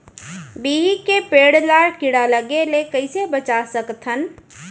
बिही के पेड़ ला कीड़ा लगे ले कइसे बचा सकथन?